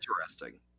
interesting